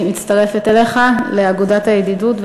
אני מצטרפת אליך לאגודת הידידות,